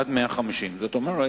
עד 150. זאת אומרת,